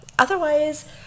otherwise